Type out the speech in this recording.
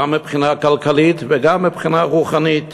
גם מבחינה כלכלית וגם מבחינה רוחנית.